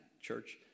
church